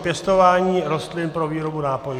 Pěstování rostlin pro výrobu nápojů.